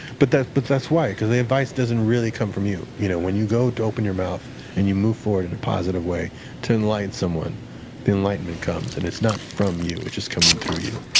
but that's but that's why, because the advice doesn't really come from you. you know when you go to open your mouth and you move forward in a positive way to enlighten someone, the enlightenment comes and it's not from you it's just coming through you.